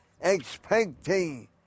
expecting